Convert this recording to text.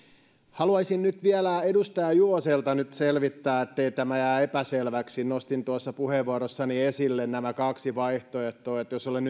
haluaisin nyt vielä edustaja juvonen tämän selvittää ettei se jää epäselväksi nostin tuossa puheenvuorossani esille nämä kaksi vaihtoehtoa jos olen